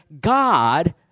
God